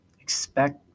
Expect